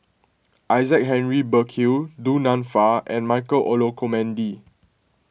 Isaac Henry Burkill Du Nanfa and Michael Olcomendy